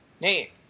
Nate